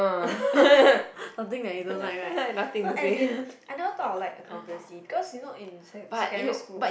something that you don't like right no as in I never thought I will like accountancy because you know in like sec~ secondary school mm